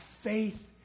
faith